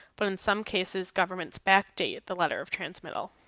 but in some cases government's backdate at the letter of transmittal.